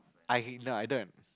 I no I don't